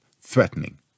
threatening